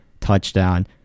touchdown